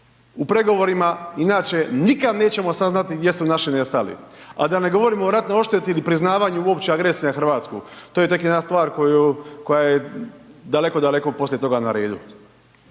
u pregovorima inače nikad nećemo saznati gdje su naši nestali, a da ne govorimo o ratnoj ošteti ili priznavanju uopće agresiju na Hrvatsku, to je tek jedna stvar koja je daleko, daleko poslije toga na redu.